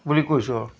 বুলি কৈছোঁ আৰু